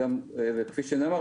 כפי שנאמר,